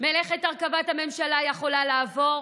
מלאכת הרכבת הממשלה יכולה לעבור